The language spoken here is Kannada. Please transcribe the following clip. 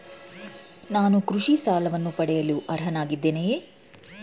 ನಾನು ಕೃಷಿ ಸಾಲವನ್ನು ಪಡೆಯಲು ಅರ್ಹನಾಗಿದ್ದೇನೆಯೇ?